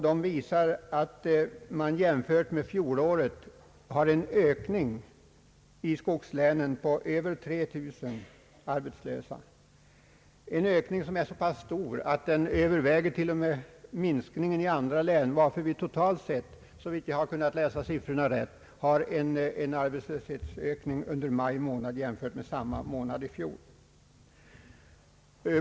De visar — jämfört med fjolåret — en ökning för skogslänen med över 3000 arbetslösa. Denna ökning är så pass stor att den till och med överstiger minskningen i andra län, varför vi totalt sett — såvitt jag läst siffrorna rätt — har en arbetslöshetsökning under maj i år jämfört med samma månad i fjol.